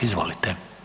Izvolite.